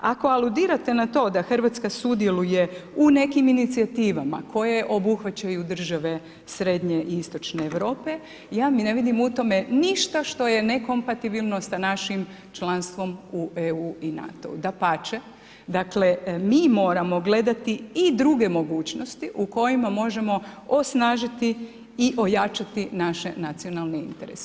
Ako aludirate na to Hrvatska sudjeluje u nekim inicijativama koje obuhvaćaju države srednje i istočne Europe, ja ne vidim u tome ništa što je nekompatibilno sa našim članstvom u EU i NATO-u, dapače, dakle mi moramo gledati i druge mogućnosti u kojima možemo osnažiti i ojačati naše nacionalne interese.